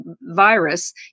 virus